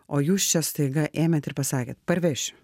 o jūs čia staiga ėmėt ir pasakėt parvešiu